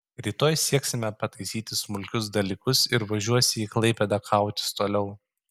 rytoj sieksime pataisyti smulkius dalykus ir važiuosi į klaipėdą kautis toliau